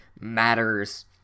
matters